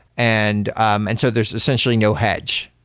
and um and so there's essentially no hedge.